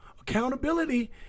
accountability